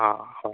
ꯑꯥ ꯑꯥ ꯍꯣꯏ ꯍꯣꯏ